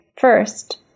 First